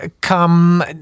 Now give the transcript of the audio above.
come